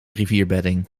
rivierbedding